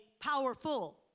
powerful